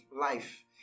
life